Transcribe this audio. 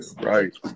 right